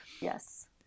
Yes